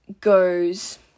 goes